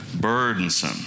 Burdensome